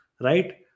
right